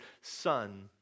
Son